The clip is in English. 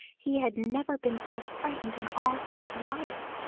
he had never been so frightened in all his life.